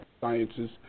sciences